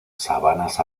sabanas